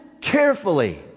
carefully